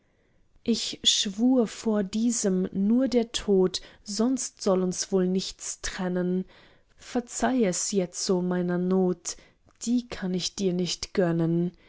ich schwur vor diesem nur der tod sonst soll uns wohl nichts trennen verzeih es jetzo meiner not die kann ich dir nicht gönnen